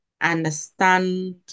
understand